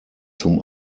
zum